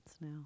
now